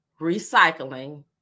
recycling